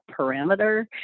parameter